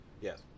Yes